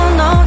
no